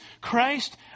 Christ